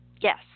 Yes